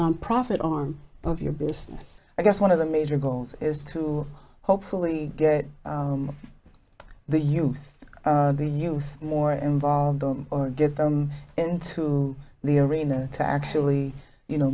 nonprofit arm of your business i guess one of the major goals is to hopefully get the youth the youth more involved them or get them into the arena to actually you know